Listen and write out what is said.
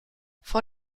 vor